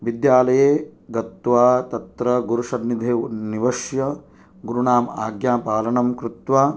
विद्यालये गत्वा तत्र गुरु सन्निधौ निवस्य गुरूणां आज्ञा पालनं कृत्वा